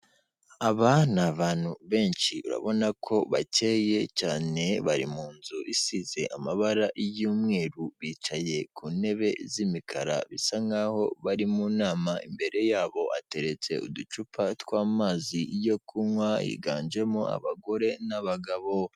Aba ni abantu benshi urabona ko bacyeye cyane bari mu nzu isize amabara y''umweru, bicaye ku ntebe z'imikara bisa nk'aho bari mu nama. Imbere yabo hateretse uducupa tw'amazi yo kunywa yiganjemo abagore n'abagabo.